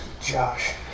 Josh